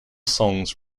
songs